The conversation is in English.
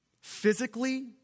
physically